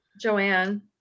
joanne